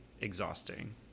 exhausting